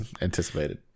anticipated